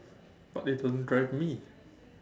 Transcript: but it doesn't drive me